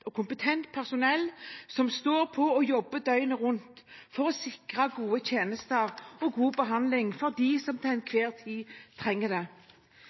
og kompetent personell som står på og jobber døgnet rundt for å sikre gode tjenester og god behandling for dem som til enhver tid trenger det.